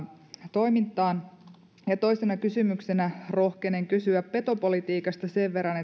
toimintaan toisena kysymyksenä rohkenen kysyä petopolitiikasta tämän verran